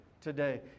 today